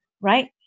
right